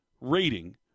rating